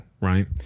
right